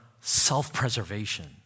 self-preservation